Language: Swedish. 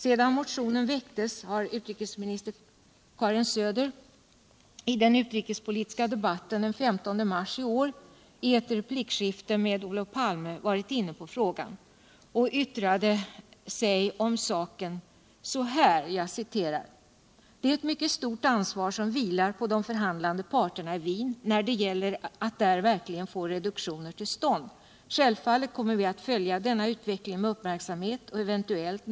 Sedan motionen väcktes har utrikesminister Karin Söder i den utrikespolitiska debatien den 15 mars i år i ett replikskifte med Olof Palme varit inne på frågan. Hon yttrade då: ”Det är ett mycket stort ansvar som vilar på de förhandlande parterna i Wien niir det gäller att där verkligen få reduktioner till stånd. Självfallet kommer vi att följa denna utveckling med uppmiirksamhet och eventuellt.